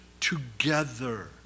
together